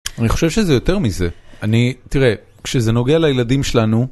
אני חושב שזה יותר מזה, אני, תראה, כשזה נוגע לילדים שלנו...